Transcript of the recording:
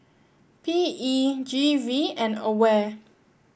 P E G V and Aware